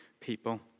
people